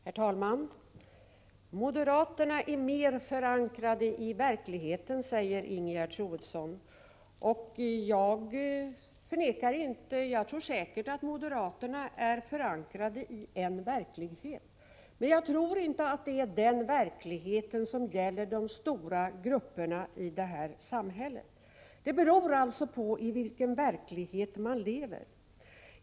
Herr talman! Moderaterna är mer förankrade i verkligheten, säger Ingegerd Troedsson. Jag förnekar inte att moderaterna är förankrade i en verklighet, men jag tror inte att det är den verklighet som gäller de stora grupperna i samhället. Det beror alltså på i vilken verklighet man lever.